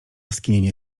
skinienie